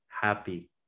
happy